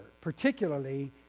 particularly